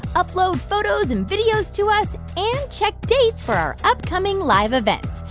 upload photos and videos to us and check dates for our upcoming live events.